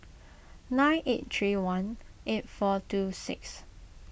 nine eight three one eight four two six